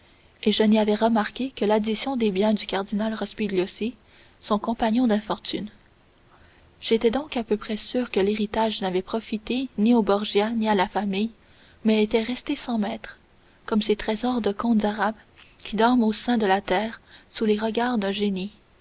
et je n'y avais remarqué que l'addition des biens du cardinal rospigliosi son compagnon d'infortune j'étais donc à peu près sûr que l'héritage n'avait profité ni aux borgia ni à la famille mais était resté sans maître comme ces trésors des contes arabes qui dorment au sein de la terre sous les regards d'un génie